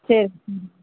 சரி ம்